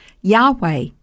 Yahweh